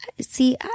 see